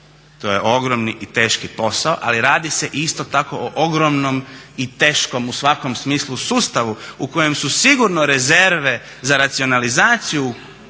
To je ogromni i teški posao, ali radi se isto tako o ogromnom i teškom u svakom smislu sustavu u kojem su sigurno rezerve za racionalizaciju